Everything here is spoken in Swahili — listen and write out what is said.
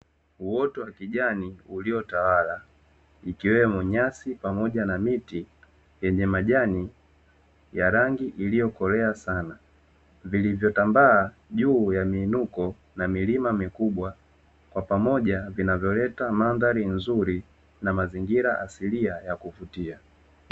Uoto wa kijani uliotawala ikiwemo nyasi pamoja na miti yenye majani ya rangi iliyokolea sana, vilivyotambaa juu ya miinuko na milima mikubwa; kwa pamoja vinavyoleta mandhari nzuri na mazingira asilia ya kuvutia.